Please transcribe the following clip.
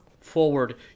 forward